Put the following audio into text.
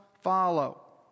follow